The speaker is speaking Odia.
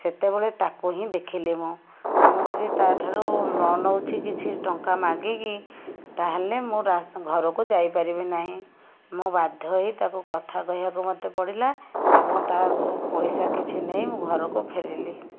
ସେତେବେଳେ ତାକୁ ହିଁ ଦେଖିଲି ମୁଁ ଆଉ ମୁଁ ଯଦି ତା'ଠାରୁ ନ ନେଉଛି କିଛି ଟଙ୍କା ମାଗିକି ତା'ହେଲେ ମୁଁ ଘରକୁ ଯାଇପାରିବି ନାହିଁ ମୁଁ ବାଧ୍ୟ ହୋଇ ତାକୁ କଥା କହିବାକୁ ମତେ ପଡ଼ିଲା ଏବଂ ତା' ପଇସା କିଛି ନେଇ ମୁଁ ଘରକୁ ଫେରିଲି